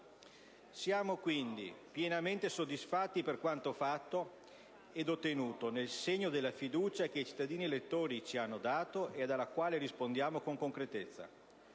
Siamo, quindi, pienamente soddisfatti per quanto fatto e ottenuto, nel segno della fiducia che i cittadini elettori ci hanno dato e a cui rispondiamo con concretezza.